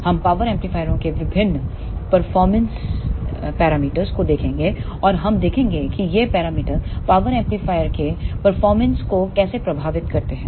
हम पावर एम्पलीफायरों के विभिन्न परफॉर्मेंस पैरामीटर्स को देखेंगे और हम देखेंगे कि ये पैरामीटर पावर एम्पलीफायर के परफॉर्मेंस को कैसे प्रभावित करते हैं